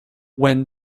when